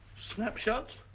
snapshots,